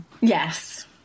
Yes